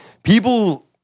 People